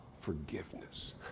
forgiveness